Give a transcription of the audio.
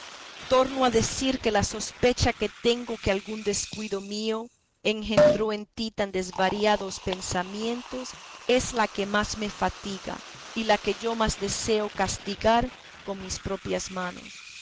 torno a decir que la sospecha que tengo que algún descuido mío engendró en ti tan desvariados pensamientos es la que más me fatiga y la que yo más deseo castigar con mis propias manos